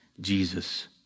Jesus